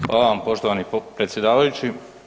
Hvala vam, poštovani predsjedavajući.